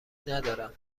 ندارم